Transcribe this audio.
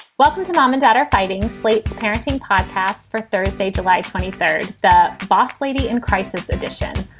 welcome to mom and dad are fighting slate's parenting podcast. for thursday, july twenty thirty. that boss lady in crisis edition.